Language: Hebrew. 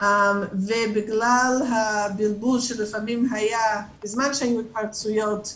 ובגלל הבלבול שלפעמים היה בזמן שהיו התפרצויות,